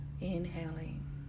inhaling